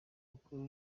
mukuru